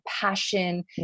passion